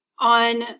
on